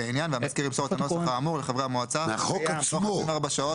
העניין והמזכיר ימסור את הנוסח האמור לחברי המועצה תוך 48 שעות